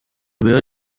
where